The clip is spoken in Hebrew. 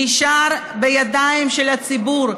נשארו בידיים של הציבור,